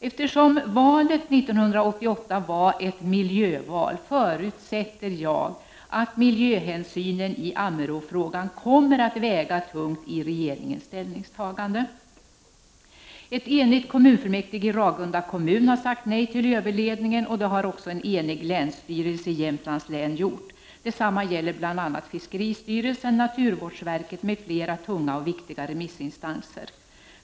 Eftersom valet 1988 var ett miljöval förutsätter jag att miljöhänsynen i Ammeråfrågan kommer att väga tungt i regeringens ställningstagande. Kommunfullmäktige i Ragunda kommun har enhälligt sagt nej till överledningen. Det har även en enig länsstyrelse i Jämtlands län gjort. Detsamma gäller fiskeristyrelsen och naturvårdsverket m.fl. tunga och viktiga remissinstanser.